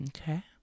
okay